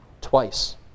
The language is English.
Twice